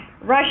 Russia